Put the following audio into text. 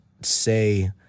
say